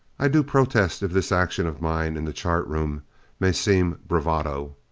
i do protest if this action of mine in the chart room may seem bravado.